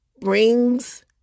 brings